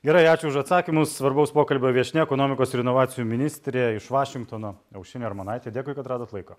gerai ačiū už atsakymus svarbaus pokalbio viešnia ekonomikos ir inovacijų ministrė iš vašingtono aušrinė armonaitė dėkui kad radot laiko